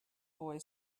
boy